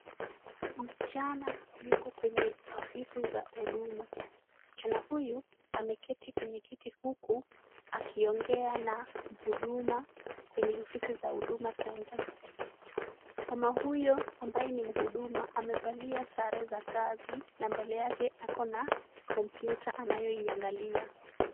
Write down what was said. Msichana yuko kwenye ofisi za huduma. Msichana huyu ameketi kwenye kiti huku akiongea na muhuduma kwenye ofisi za huduma center . Mama huyo ambaye ni muhuduma amevalia sare za kazi na mbele yake ako na kompyuta anayoiangalia.